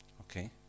okay